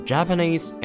Japanese